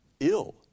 ill